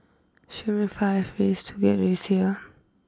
show me five ways to get to Roseau